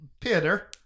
Peter